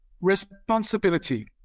responsibility